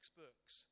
books